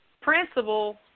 principal